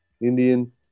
Indian